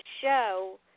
show